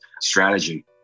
strategy